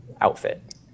outfit